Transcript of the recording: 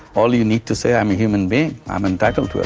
all you need to say, i'm a human being, i'm entitled to a